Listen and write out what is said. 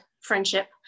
friendship